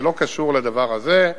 זה לא קשור לדבר הזה.